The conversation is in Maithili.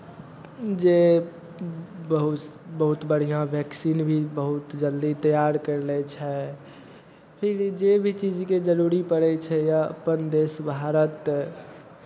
जे बहुत बहुत बढ़िआँ वैक्सीन भी बहुत जल्दी तैयार करि लै छै जे भी चीजके जरूरी पड़ै छै या अपन देश भारत